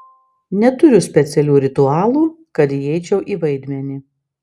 neturiu specialių ritualų kad įeičiau į vaidmenį